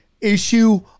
issue